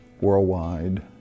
worldwide